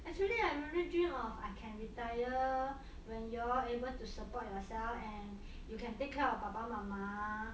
actually I really dream of I can retire when you all are able to support yourself and you can take care of 爸爸妈妈